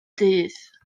dydd